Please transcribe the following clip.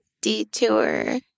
detour